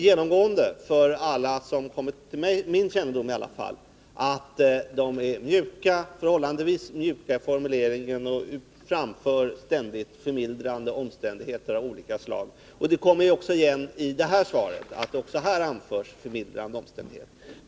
Genomgående för alla uttalanden som kommit till min kännedom i alla fall är att de är förhållandevis mjuka i formuleringen. Man anför ständigt förmildrande omständigheter av olika slag. Det går igen i det här svaret — förmildrande omständigheter anförs också här.